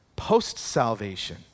post-salvation